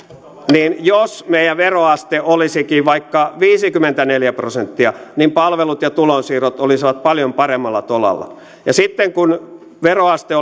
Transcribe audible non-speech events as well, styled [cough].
niin jos meidän veroasteemme olisikin vaikka viisikymmentäneljä prosenttia niin palvelut ja tulonsiirrot olisivat paljon paremmalla tolalla ja sitten kun veroaste [unintelligible]